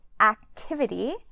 activity